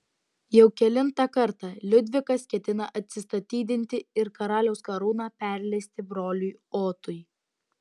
jau kelintą kartą liudvikas ketina atsistatydinti ir karaliaus karūną perleisti broliui otui